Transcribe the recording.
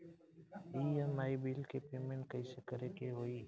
EMI bill के payment कइसे करे के होई?